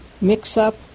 mix-up